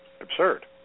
absurd